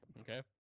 Okay